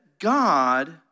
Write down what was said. God